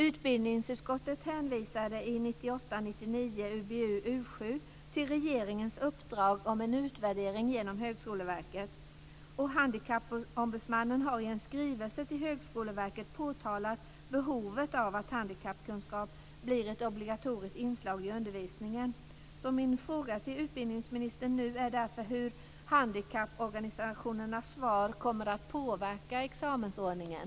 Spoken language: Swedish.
Utbildningsutskottet hänvisade i 1998/99:UbU7 till regeringens uppdrag om en utvärdering genom Högskoleverket. Handikappombudsmannen har i en skrivelse till Högskoleverket påtalat behovet av att handkappkunskap blir ett obligatoriskt inslag i undervisningen. Min fråga till utbildningsministern nu är hur handkapporganisationernas svar kommer att påverka examensordningen.